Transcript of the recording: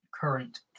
Current